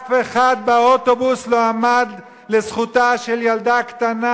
ואף אחד באוטובוס לא עמד לזכותה של ילדה קטנה,